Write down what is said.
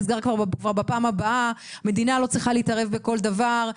המדינה לא צריכה להתערב בכל דבר,